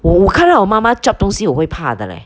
我我看到我妈妈 chop 东西我会怕的 leh